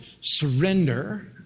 Surrender